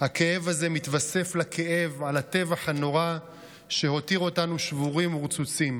הזה מתווסף לכאב על הטבח הנורא שהותיר אותנו שבורים ורצוצים.